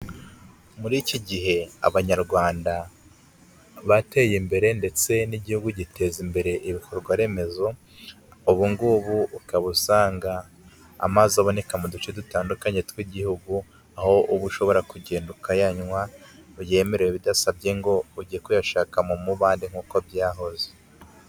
Muri iki gihe abanyarwanda bateye imbere ndetse n'igihugu giteza imbere ibikorwa remezo, ubungubu ukaba usanga amazi aboneka mu duce dutandukanye tw'igihugu, aho uba ushobora kugenda ukayanywa ngo yemere bidasabye ngo ujye kuyashaka mu mubande nk'uko byahoze.